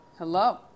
Hello